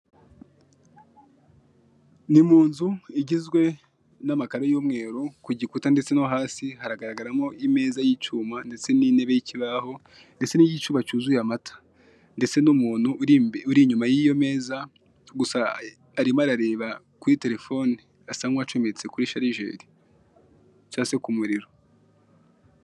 Ni munzu igizwe n'amakaro y'umweru ku gikuta ndetse no hasi. Haragaragaramo imeza y'icyuma ndetse n'intebe y'ikibaho ndetse n'igicuba cyuzuye amata. Ndetse n'umuntu uri inyuma yiyo meza gusa arimo arareba kuri terefoni asa nk'uwacometse kuri sharijeri cyangwa se ku muriro.